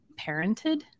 parented